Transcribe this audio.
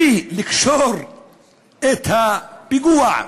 ולקשור את הפיגוע,